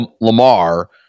Lamar